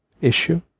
issue